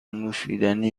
نوشیدنی